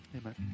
Amen